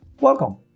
welcome